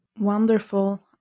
Wonderful